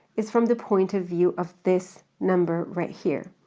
is from the point of view of this number right here.